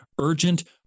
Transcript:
urgent